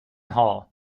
hall